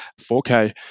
4K